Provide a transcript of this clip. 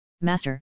master